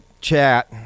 chat